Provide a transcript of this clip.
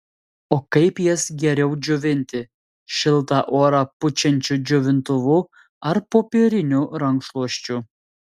o kaip jas geriau džiovinti šiltą orą pučiančiu džiovintuvu ar popieriniu rankšluosčiu